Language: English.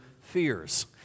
fears